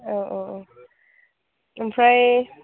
औ औ औ ओमफ्राय